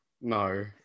No